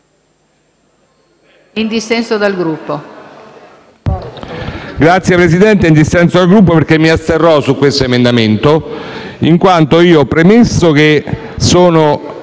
in dissenso dal Gruppo.